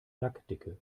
lackdicke